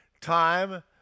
Time